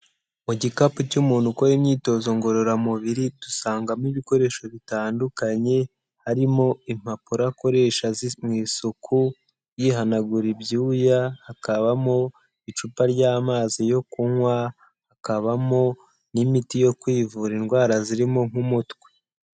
Mu gikapu cy'umuntu ukora imyitozo ngororamubiri dusangamo ibikoresho bitandukanye, harimo impapuro akoresha mu isuku yihanagura ibyuya, hakabamo icupa ry'amazi yo kunywa, hakabamo n'imiti yo kwivura indwara zirimo nk'umutwe.